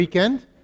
Weekend